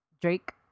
Drake